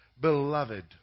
Beloved